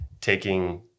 taking